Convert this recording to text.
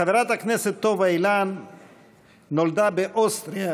חברת הכנסת טובה אילן נולדה באוסטריה